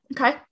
Okay